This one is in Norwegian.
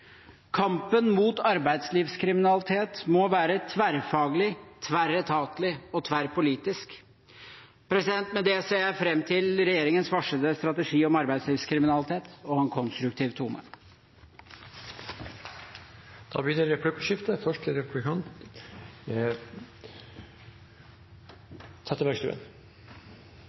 Kampen mot arbeidslivskriminalitet må være tverrfaglig, tverretatlig og tverrpolitisk. Med det ser jeg fram til regjeringens varslede strategi om arbeidslivskriminalitet og å ha en konstruktiv tone. Det blir replikkordskifte. Vi fikk høre at det river i sjela til